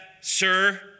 sir